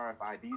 RFID